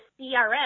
CRM